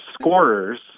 scorers